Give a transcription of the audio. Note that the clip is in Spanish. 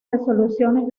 resoluciones